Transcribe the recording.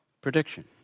prediction